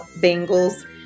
bangles